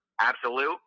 absolute